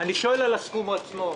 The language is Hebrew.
אני שואל על הסכום עצמו.